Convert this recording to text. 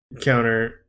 Counter